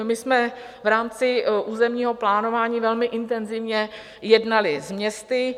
My jsme v rámci územního plánování velmi intenzivně jednali s městy.